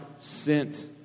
sent